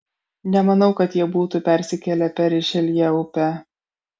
nemanau kad jie būtų persikėlę per rišeljė upę